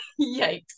yikes